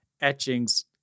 etchings